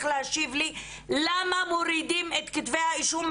להשיב לי למה מורידים את כתבי האישום,